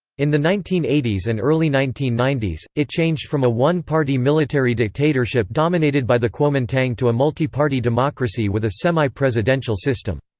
in the nineteen eighty s and early nineteen ninety s, it changed from a one-party military dictatorship dominated by the kuomintang to a multi-party democracy with a semi-presidential system.